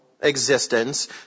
existence